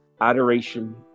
adoration